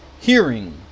hearing